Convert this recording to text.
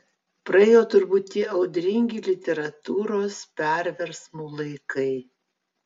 praėjo turbūt tie audringi literatūros perversmų laikai